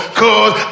cause